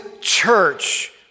church